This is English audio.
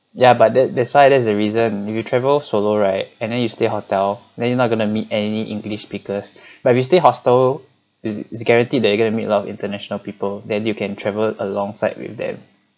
yeah but that that's why there's a reason you traveled solo right and then you stay hotel then you're not gonna meet any english speakers but we stay hostel its its guarantee that you're going to meet a lot of international people than you can travel alongside with them